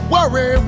Worry